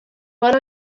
one